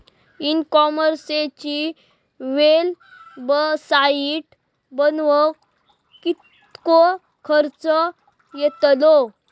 E कॉमर्सची website बनवक किततो खर्च येतलो?